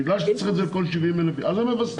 בגלל שצריך את זה על כל 70,000, אז הם מווסתים.